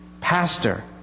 pastor